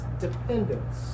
dependence